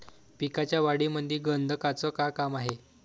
पिकाच्या वाढीमंदी गंधकाचं का काम हाये?